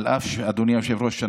אדוני היושב-ראש,